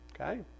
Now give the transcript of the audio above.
Okay